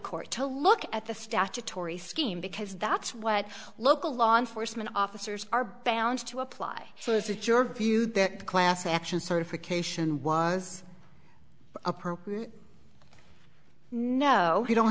court to look at the statutory scheme because that's what local law enforcement officers are bound to apply so is it your view that class action certification was appropriate no you don't